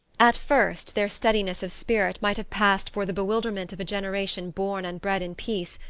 at first their steadiness of spirit might have passed for the bewilderment of a generation born and bred in peace,